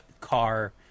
car